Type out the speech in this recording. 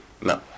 No